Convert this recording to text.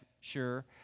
sure